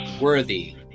worthy